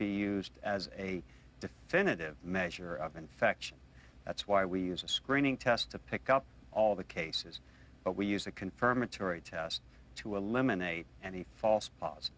be used as a definitive measure of infection that's why we use a screening test to pick up all the cases but we use a confirmatory test to eliminate any false